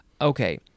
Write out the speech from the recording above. Okay